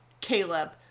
Caleb